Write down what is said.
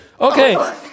Okay